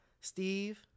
Steve